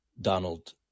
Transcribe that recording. Donald